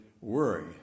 worry